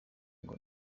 ngo